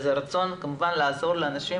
הרצון כמובן לעזור לנשים